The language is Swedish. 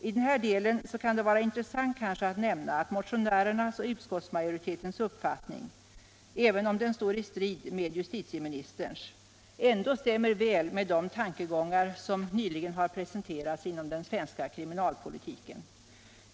I det sammanhanget kan det kanske vara värdefullt att nämna att motionärernas och utskottsmajoritetens uppfattning, även om den står i strid med justitieministerns, stämmer väl med de tankegångar som nyligen har framförts i den svenska kriminalpolitiken.